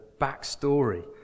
backstory